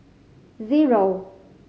zero